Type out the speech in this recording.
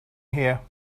here